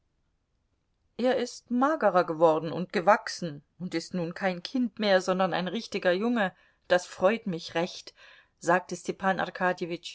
er ist magerer geworden und gewachsen und ist nun kein kind mehr sondern ein richtiger junge das freut mich recht sagte stepan